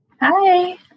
Hi